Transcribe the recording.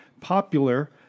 popular